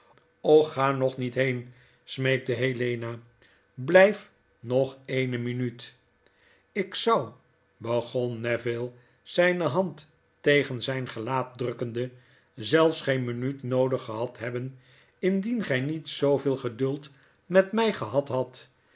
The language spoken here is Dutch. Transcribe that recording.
ga nog met heen smeekte helena blrjf nog eene minuut lk zou begon neville zqne hand tegen zijn gelaat drukkende zelfs geen minuut noodig gehad hebben indien gij niet zooveel geduld met mij gehad hadt